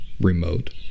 remote